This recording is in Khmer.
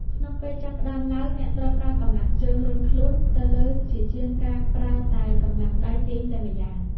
ក្នុងពេលចាប់ផ្ដើមឡើង អ្នកត្រូវប្រើកម្លាំងជើងរុញខ្លួនទៅលើជាជាងការប្រើតែកម្លាំងដៃទាញតែម្យ៉ាង។